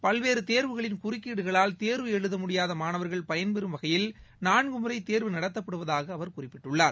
பல்வேறு தேர்வுகளின் குறுக்கீடுகளால் தேர்வு எழுத முடியாத மாணவர்கள் பயன்பெறும் வகையில் நான்கு முறை தேர்வு நடத்தப்படுவதாக அவர் குறிப்பிட்டார்